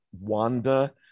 Wanda